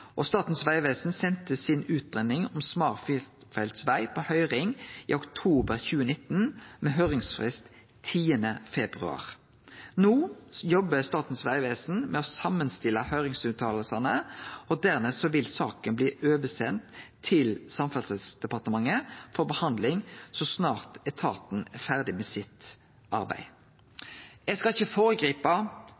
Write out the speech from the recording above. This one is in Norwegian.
og Statens vegvesen sende si utgreiing om smal firefeltsveg på høyring i oktober 2019, med høyringsfrist 10. februar. No jobbar Statens vegvesen med å sette saman høyringsuttalene, og dernest vil saka bli sendt over til Samferdselsdepartementet for behandling så snart etaten er ferdig med